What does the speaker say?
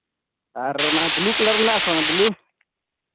ᱟᱨ ᱚᱱᱟ blue colour ᱢᱮᱱᱟᱜ ᱟᱥᱮ ᱵᱟᱝ ᱵᱞᱩ